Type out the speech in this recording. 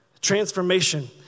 Transformation